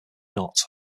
not